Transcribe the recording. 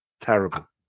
Terrible